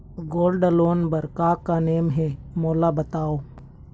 Gold loan बार का का नेम हे, मोला बताव?